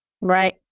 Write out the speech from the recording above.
Right